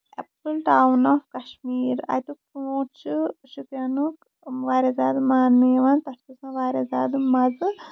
Apple town of Kashmir اَتیُک ژوٗنٹھ چھُ سُہ چھُ شُپینُک واریاہ زیادٕ ماننہٕ یِوان تَتھ چھُ آسان واریاہ زیادٕ مَزٕ